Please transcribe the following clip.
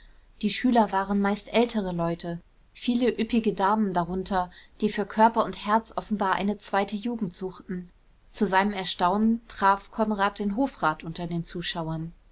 die schüler waren meist ältere leute viele üppige damen darunter die für körper und herz offenbar eine zweite jugend suchten zu seinem erstaunen traf konrad den hofrat unter den zuschauern